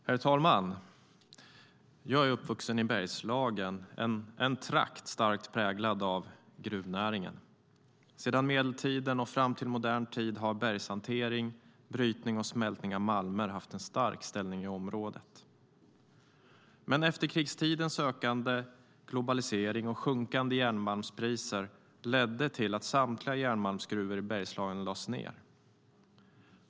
Herr talman! Jag är uppvuxen i Bergslagen, en trakt starkt präglad av gruvnäringen. Sedan medeltiden och fram till modern tid har bergshantering, brytning och smältning av malmer haft en stark ställning i området. Men efterkrigstidens ökade globalisering och sjunkande järnmalmspriser ledde till att samtliga järnmalmsgruvor i Bergslagen lades ned.